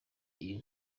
iyo